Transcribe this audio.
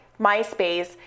MySpace